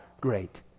great